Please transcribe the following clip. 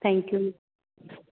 thank you ਜੀ